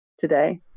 today